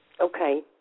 okay